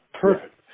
perfect